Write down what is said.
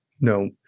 no